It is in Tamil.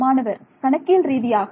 மாணவர் கணக்கியல் ரீதியாக